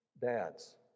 Dads